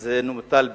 זה מוטל בספק.